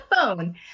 phone